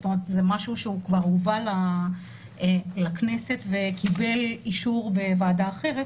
זאת אומרת זה משהו שהוא כבר הובא לכנסת וקיבל אישור בוועדה אחרת